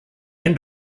end